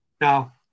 Now